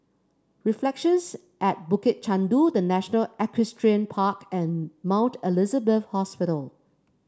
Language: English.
Reflections at Bukit Chandu The National Equestrian Park and Mount Elizabeth Hospital